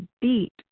beat